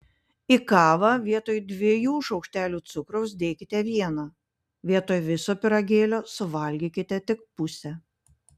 į kavą vietoj dviejų šaukštelių cukraus dėkite vieną vietoj viso pyragėlio suvalgykite tik pusę